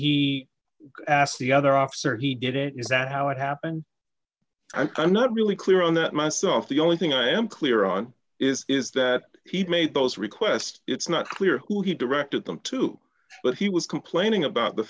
he asked the other officer he did it is that how it happened i'm not really clear on that myself the only thing i am clear on is is that he made those requests it's not clear who he directed them to but he was complaining about the